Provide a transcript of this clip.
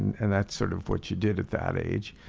and that's sort of what you did at that age.